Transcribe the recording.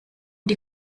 die